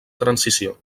transició